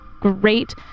great